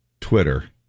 Twitter –